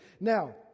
Now